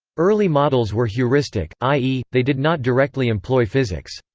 early models were heuristic i e, they did not directly employ physics.